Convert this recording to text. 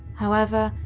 however,